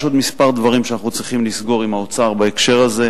יש עוד כמה דברים שאנחנו צריכים לסגור עם האוצר בהקשר הזה,